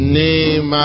name